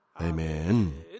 Amen